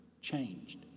Changed